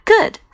Good